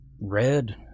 red